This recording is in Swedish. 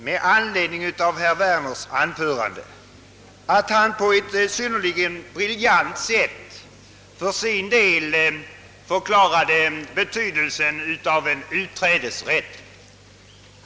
Med anledning av herr Werners anförande vill jag säga, att han på ett synnerligen briljant sätt förklarade betydelsen av en utträdesrätt.